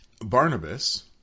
Barnabas